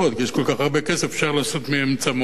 אפשר לעשות מהם צמות של כסף,